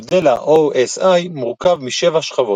מודל ה-OSI מורכב משבע שכבות.